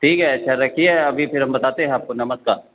ठीक है सर रखिए अभी फिर हम बताते है आपको नमस्कार